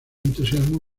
entusiasmo